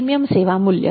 premium સેવા મૂલ્ય